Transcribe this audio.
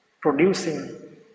producing